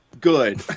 good